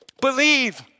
believe